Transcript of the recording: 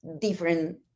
different